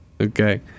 okay